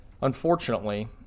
unfortunately